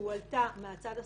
שהועלתה מצד הסנגוריה,